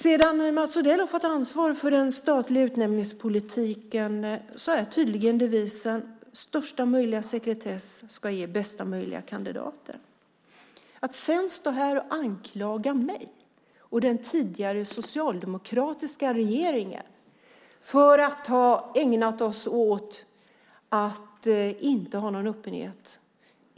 Sedan Mats Odell har fått ansvar för den statliga utnämningspolitiken är tydligen devisen: Största möjliga sekretess ska ge bästa möjliga kandidater. Sedan står han här och anklagar mig och den tidigare socialdemokratiska regeringen för att ha ägnat oss åt att inte ha någon öppenhet.